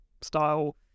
style